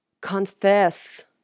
confess